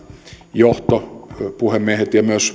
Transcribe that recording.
johto puhemiehet myös